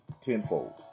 tenfold